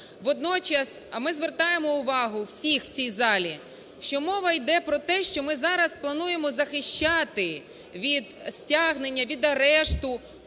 Водночас ми звертаємо увагу всіх в цій залі, що мова іде про те, що ми зараз плануємо захищати від стягнення, від арешту